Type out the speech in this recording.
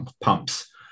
pumps